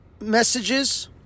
messages